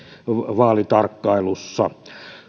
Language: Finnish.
vaalitarkkailussa